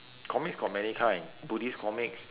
comics got many kind buddhist comics